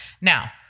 now